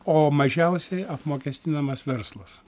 o mažiausiai apmokestinamas verslas